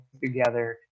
together